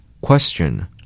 Question